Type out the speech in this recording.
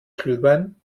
glühwein